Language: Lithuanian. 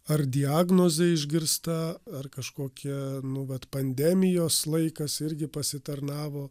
ar diagnozė išgirsta ar kažkokia nu vat pandemijos laikas irgi pasitarnavo